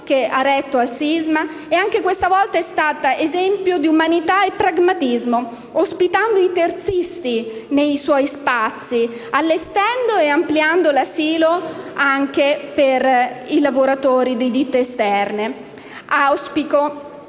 che ha retto al sisma, e anche questa volta è stata esempio di umanità e pragmatismo, ospitando i terzisti nei suoi spazi, allestendo e ampliando l'asilo anche per i lavoratori di ditte esterne.